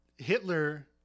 Hitler